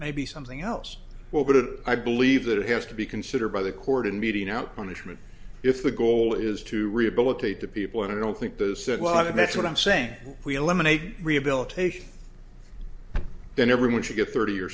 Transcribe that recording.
maybe something else will but i believe that it has to be considered by the court and beating out punishment if the goal is to rehabilitate the people i don't think that is that well i mean that's what i'm saying we eliminate rehabilitation then everyone should get thirty